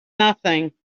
nothing